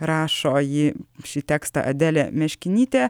rašo ji šį tekstą adelė meškinytė